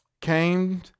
came